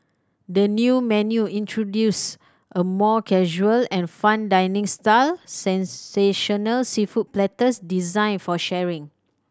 the new menu introduce a more casual and fun dining style sensational seafood platters designed for sharing